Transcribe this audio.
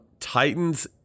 Titans